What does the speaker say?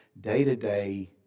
day-to-day